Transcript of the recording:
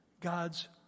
God's